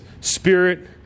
spirit